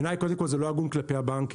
בעיניי קודם כל זה לא הגון כלפי הבנקים.